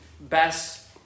best